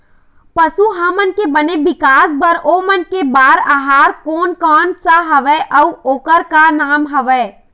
पशु हमन के बने विकास बार ओमन के बार आहार कोन कौन सा हवे अऊ ओकर का नाम हवे?